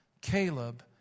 Caleb